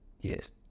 Yes